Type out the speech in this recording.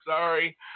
sorry